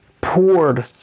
poured